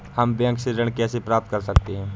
हम बैंक से ऋण कैसे प्राप्त कर सकते हैं?